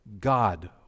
God